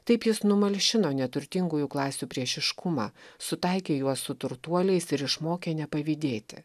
taip jis numalšino neturtingųjų klasių priešiškumą sutaikė juos su turtuoliais ir išmokė nepavydėti